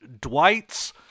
Dwight's